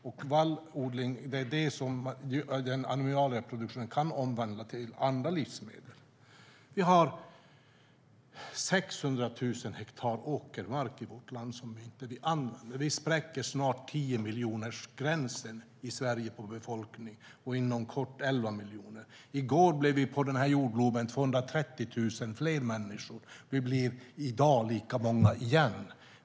Det är vallodling som man genom animalieproduktionen kan omvandla till andra livsmedel. Vi har 600 000 hektar åkermark i vårt land som vi inte använder. Vi spräcker snart tiomiljonersgränsen i Sverige när det gäller befolkningen, och inom kort är vi 11 miljoner. I går blev vi på den här jordgloben 230 000 fler människor. Vi blir i dag lika många igen.